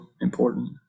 important